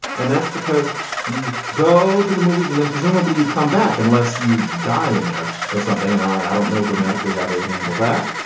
and that's because you go to the movies and then presumably you come back unless you die in there or something and i don't know grammatically how they would handle that.